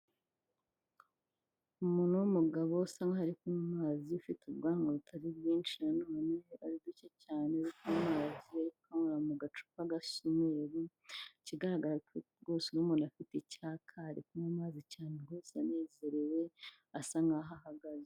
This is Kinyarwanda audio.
Umuntu w'umugabo usa nkaho ari mumazi ufite ubwanwa butari bwinshiyuhe ari buke cyanemazi anyura mu gacupa gasumeru ikigaragara rwose umuntuntu afite icyayaka ari amazi cyane ngo yanezerewe asa nk'aho ahagaze.